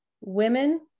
women